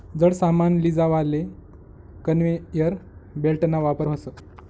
जड सामान लीजावाले कन्वेयर बेल्टना वापर व्हस